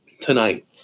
tonight